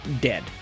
dead